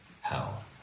hell